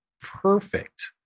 perfect